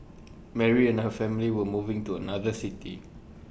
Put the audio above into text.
Mary and her family were moving to another city